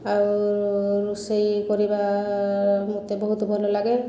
ଆଉ ରୋଷେଇ କରିବା ମୋତେ ବହୁତ ଭଲ ଲାଗେ